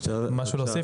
אתה רוצה להוסיף משהו?